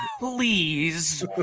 Please